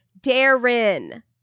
Darren